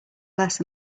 less